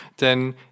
denn